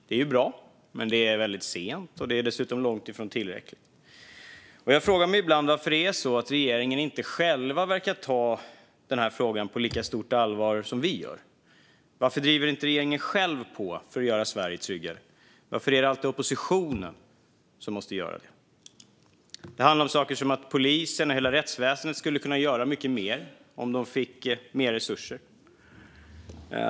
Det är bra, men det är väldigt sent och dessutom långt ifrån tillräckligt. Jag frågar mig ibland varför regeringen inte verkar ta den här frågan på lika stort allvar som vi gör. Varför driver inte regeringen själv på för att göra Sverige tryggare? Varför är det alltid oppositionen som måste göra det? Det handlar om sådant som att polisen och hela rättsväsendet skulle kunna göra mycket mer om de fick mer resurser.